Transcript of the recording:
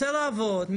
רוצה לעבוד,